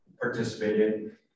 participated